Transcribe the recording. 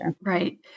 Right